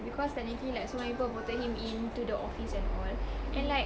because technically like so many people voted him in to the office and all and like